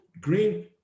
green